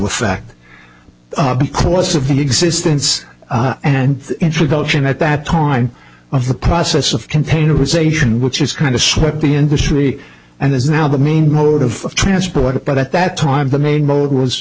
effect because of the existence and introduction at that time of the process of container was asian which is kind of swept the industry and is now the main mode of transport but at that time the maid mode was